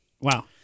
Wow